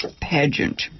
pageant